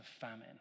famine